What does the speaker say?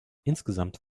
insgesamt